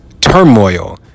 turmoil